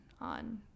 on